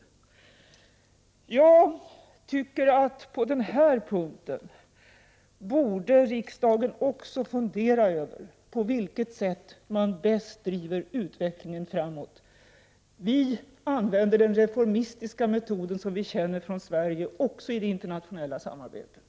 Jag tycker att på denna punkt borde riksdagen också fundera över på vilket sätt man bäst driver utvecklingen framåt. Vi använder den reformistiska metoden som vi känner från Sverige också i det internationella samarbetet.